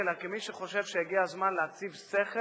אלא כמי שחושב שהגיע הזמן להציב סכר,